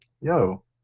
yo